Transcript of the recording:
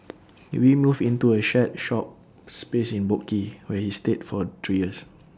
he moved into A shared shop space in boat quay where he stayed for three years